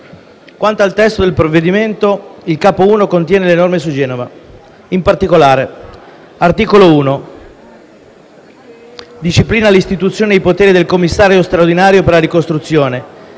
Quanto al testo del provvedimento, il Capo I contiene le norme su Genova. In particolare, l’articolo 1 disciplina l’istituzione e i poteri del commissario straordinario per la ricostruzione,